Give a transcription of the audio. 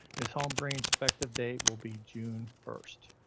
ms. holmgreen effective date will be june first.